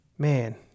Man